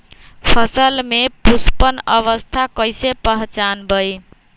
फसल में पुष्पन अवस्था कईसे पहचान बई?